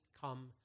come